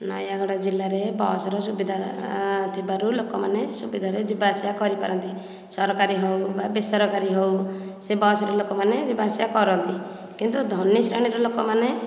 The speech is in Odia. ନୟାଗଡ଼ ଜିଲ୍ଲାରେ ବସ୍ର ସୁବିଧା ଥିବାରୁ ଲୋକମାନେ ସୁବିଧାରେ ଯିବା ଆସିବା କରିପାରନ୍ତି ସରକାରୀ ହେଉ ବା ବେସରକାରୀ ହେଉ ସେ ବସ୍ରେ ଲୋକ ମାନେ ଯିବା ଆସିବା କରନ୍ତି କିନ୍ତୁ ଧନୀ ଶ୍ରେଣୀର ଲୋକମାନେ